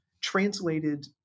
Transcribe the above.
translated